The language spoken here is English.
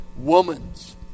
woman's